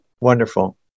Wonderful